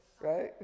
right